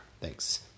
Thanks